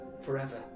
forever